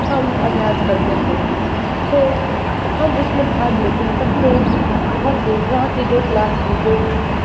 हम अभ्यास करते हैं तो हम उसमें भाग लेते हैं तो हमें बहुत ही वहाँ की जो क्लास की जो